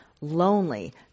lonely